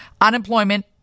Unemployment